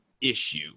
issue